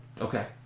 Okay